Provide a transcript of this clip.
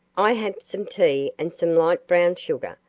i have some tea and some light brown sugar,